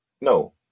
No